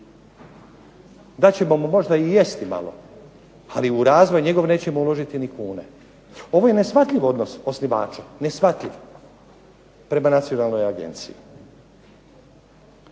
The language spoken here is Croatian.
Dat ćemo mu možda i jesti malo, ali u razvoj nećemo uložiti niti kune. Ovaj neshvatljiv odnos osnivača prema nacionalnoj agenciji.